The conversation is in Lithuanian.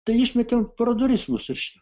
tai išmetė pro duris mus reiškia